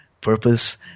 purpose